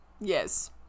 yes